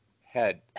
head